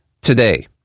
today